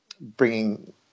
bringing